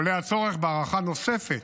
עולה הצורך בהארכה נוספת